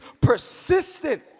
persistent